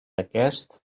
aquest